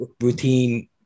routine